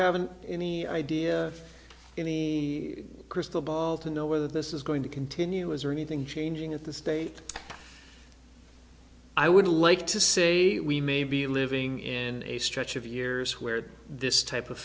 haven't any idea any crystal ball to know whether this is going to continue is there anything changing at the state i would like to say we may be living in a stretch of years where this type of